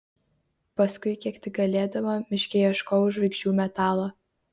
paskui kiek tik galėdama miške ieškojau žvaigždžių metalo